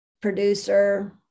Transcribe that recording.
producer